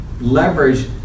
leverage